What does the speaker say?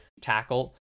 tackle